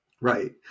right